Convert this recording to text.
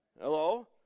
Hello